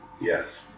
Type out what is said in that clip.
Yes